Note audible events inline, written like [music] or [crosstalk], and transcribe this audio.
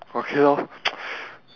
okay lor [noise]